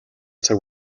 цаг